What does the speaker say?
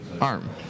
arm